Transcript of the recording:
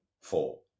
four